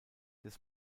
des